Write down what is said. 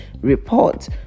report